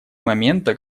момента